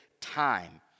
time